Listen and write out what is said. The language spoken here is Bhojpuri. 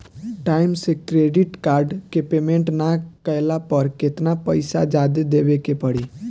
टाइम से क्रेडिट कार्ड के पेमेंट ना कैला पर केतना पईसा जादे देवे के पड़ी?